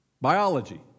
Biology